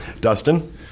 Dustin